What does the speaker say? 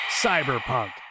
Cyberpunk